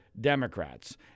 Democrats